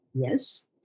yes